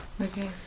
okay